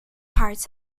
parts